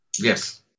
Yes